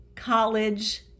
College